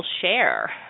share